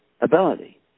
ability